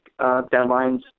deadlines